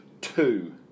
two